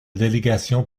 délégation